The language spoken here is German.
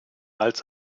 als